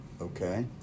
Okay